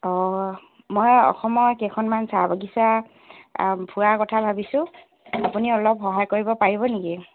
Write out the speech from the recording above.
অঁ মই অসমৰ কেইখনমান চাহ বাগিচা ফুৰাৰ কথা ভাবিছোঁ আপুনি অলপ সহায় কৰিব পাৰিব নেকি